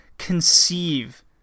conceive